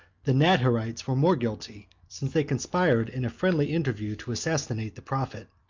the nadhirites were more guilty, since they conspired, in a friendly interview, to assassinate the prophet.